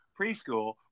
preschool